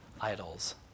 idols